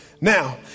Now